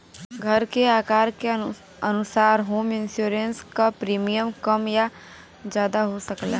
घर के आकार के अनुसार होम इंश्योरेंस क प्रीमियम कम या जादा हो सकला